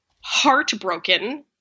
heartbroken